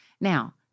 Now